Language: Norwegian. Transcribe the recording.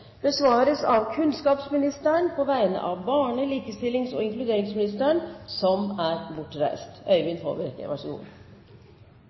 besvares imidlertid av kunnskapsministeren på vegne av barne-, likestillings- og inkluderingsministeren, som er bortreist.